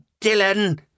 Dylan